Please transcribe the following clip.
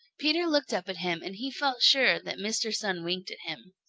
peter looked up at him, and he felt sure that mr. sun winked at him.